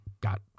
got